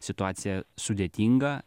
situacija sudėtinga